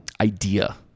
idea